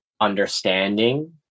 understanding